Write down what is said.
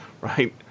right